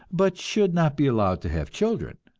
but should not be allowed to have children.